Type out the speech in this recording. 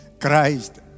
Christ